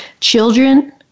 children